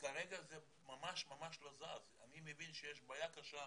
אני רוצה שתבין שמדובר בשתי קבוצות.